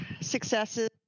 successes